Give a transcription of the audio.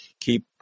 keep